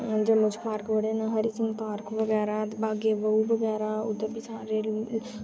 जम्मू च पार्क बड़े न हरि सिंह पार्क बगैरा बाग ए बाहु बगैरा उद्धर बी सारे